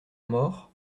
mor